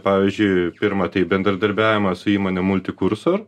pavyzdžiui pirma tai bendradarbiavimą su įmone multikursor